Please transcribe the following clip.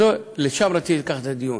ולשם רציתי לקחת את הדיון: